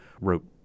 wrote